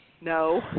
No